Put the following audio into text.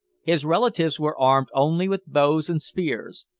his relatives were armed only with bows and spears.